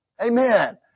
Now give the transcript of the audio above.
Amen